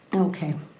okay.